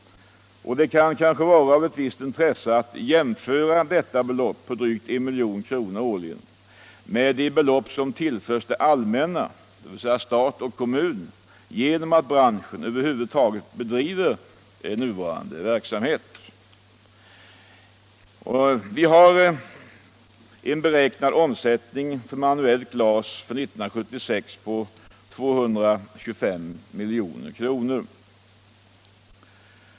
Det kan kanske vara av ett visst intresse att jämföra dessa belopp på drygt 1 milj.kr. årligen med de belopp som tillförs det allmänna — stat och kommun — genom att branschen över huvud taget bedriver nuvarande verksamhet. Vi har en beräknad omsättning för manuellt glas under 1976 på 225 milj.kr.